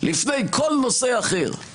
לפני כל נושא אחר,